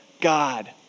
God